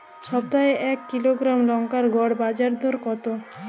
সপ্তাহে এক কিলোগ্রাম লঙ্কার গড় বাজার দর কতো?